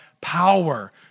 power